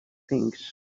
things